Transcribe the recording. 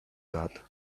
that